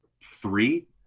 three